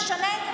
נשנה,